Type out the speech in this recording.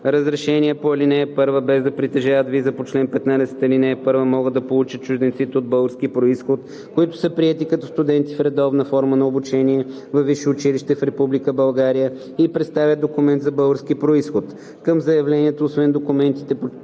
Разрешение по ал. 1, без да притежават виза по чл. 15, ал. 1, могат да получат чужденците от български произход, които са приети като студенти в редовна форма на обучение във висше училище в Република България и представят документ за български произход.